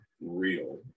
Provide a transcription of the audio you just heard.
real